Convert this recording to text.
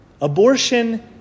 Abortion